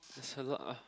it's a lot uh